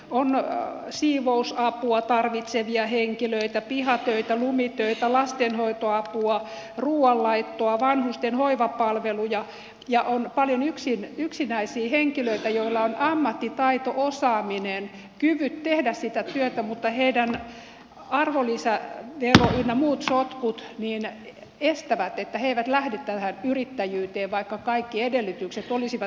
on siivousapua tarvitsevia henkilöitä pihatöitä lumitöitä lastenhoitoapua ruuan laittoa vanhusten hoivapalveluja ja on paljon yksinäisiä henkilöitä joilla on ammattitaito osaaminen kyvyt tehdä sitä työtä mutta arvonlisävero ynnä muut sotkut estävät että he eivät lähde tähän yrittäjyyteen vaikka kaikki edellytykset olisivat